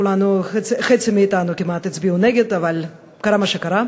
כמעט חצי מאתנו הצביעו נגד, אבל קרה מה שקרה.